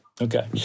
Okay